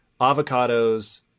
avocados